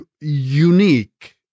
unique